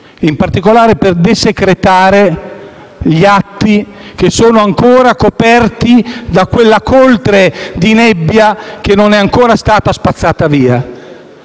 in particolare per desecretare gli atti che sono ancora coperti da quella coltre di nebbia che non è ancora stata spazzata via.